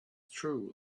true